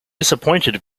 disappointed